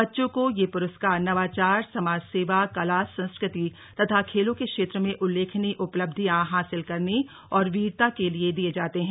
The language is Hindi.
बच्चों को ये पुरस्कार नवाचार समाज सेवा कला संस्कृति तथा खेलों के क्षेत्र में उल्लेखनीय उपलब्धियां हासिल करने और वीरता के लिए दिये जाते हैं